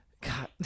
God